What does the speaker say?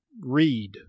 read